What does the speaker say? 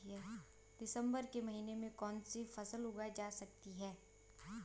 दिसम्बर के महीने में कौन सी फसल उगाई जा सकती है?